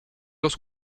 los